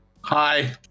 Hi